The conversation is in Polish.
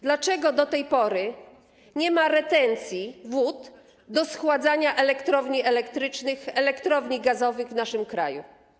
Dlaczego do tej pory nie ma retencji wód do schładzania elektrowni elektrycznych, elektrowni gazowych w naszym kraju?